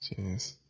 Jeez